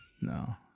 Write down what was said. No